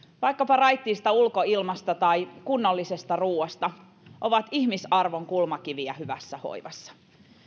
vaikkapa raittiista ulkoilmasta tai kunnollisesta ruuasta ovat ihmisarvon kulmakiviä hyvässä hoivassa